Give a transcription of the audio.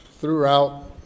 throughout